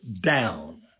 down